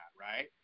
right